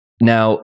Now